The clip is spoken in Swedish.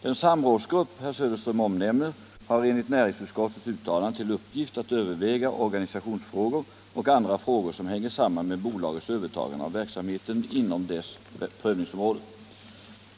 Den samrådsgrupp herr Söderström omnämner har enligt näringsutskottets uttalande till uppgift att överväga organisationsfrågor och andra frågor som hänger samman med bolagets övertagande av verksamheten inom dess provningsområde.